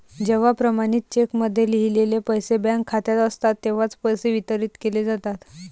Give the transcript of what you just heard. जेव्हा प्रमाणित चेकमध्ये लिहिलेले पैसे बँक खात्यात असतात तेव्हाच पैसे वितरित केले जातात